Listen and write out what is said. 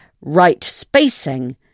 right-spacing